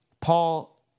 Paul